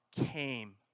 came